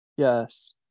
Yes